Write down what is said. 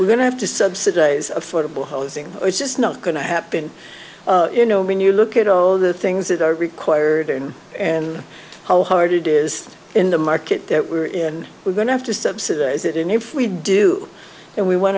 we're going to have to subsidize affordable housing it's just not going to happen you know when you look at all the things that are required and how hard it is in the market that we're in we're going to have to subsidize it and if we do and we want